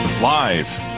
Live